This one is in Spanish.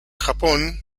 japón